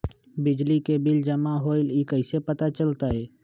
बिजली के बिल जमा होईल ई कैसे पता चलतै?